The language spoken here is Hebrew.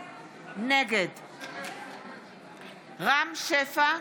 נגד רם שפע,